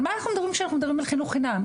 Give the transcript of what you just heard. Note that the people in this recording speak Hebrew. על מה אנחנו מדברים כשאנחנו מדברים על חינוך חינם?